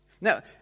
Now